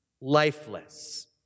lifeless